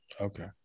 okay